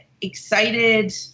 excited